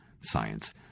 Science